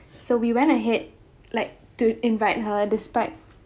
so we went ahead like to invite her despite